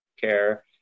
care